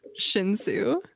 shinsu